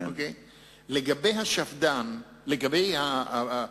לעניין השפד"ן, לעניין